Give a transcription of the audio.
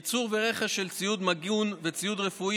ייצור ורכש של ציוד מיגון וציוד רפואי